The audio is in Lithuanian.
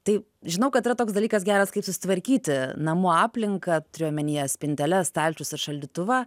tai žinau kad yra toks dalykas geras kaip susitvarkyti namų aplinką turiu omenyje spinteles stalčius ir šaldytuvą